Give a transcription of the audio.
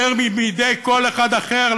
יותר מבידי כל אחד אחר,